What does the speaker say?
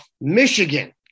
Michigan